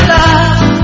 love